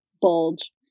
bulge